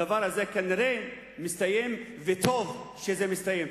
הדבר הזה כנראה מסתיים, וטוב שזה מסתיים.